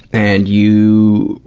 and you,